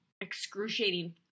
excruciating